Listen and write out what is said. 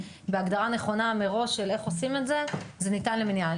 בהגדרה נכונה מראש של איך עושים את זה זה ניתן למניעה.